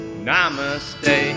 Namaste